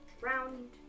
round